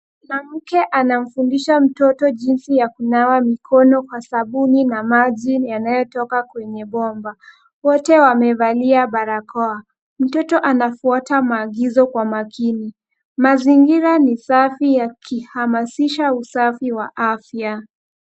Mwanamke anamfundisha mtoto jinsi ya kunawa mikono kwa sabuni na maji yanayotoka kwenye bomba. Wote wamevalia barakoa. Mtoto anafuata maagizo kwa makini. Mazingira ni safi yakihamasisha usafi wa afya.